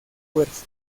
fuerza